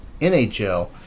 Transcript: NHL